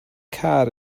car